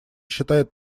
считает